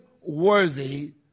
worthy